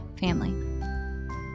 family